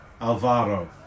Alvaro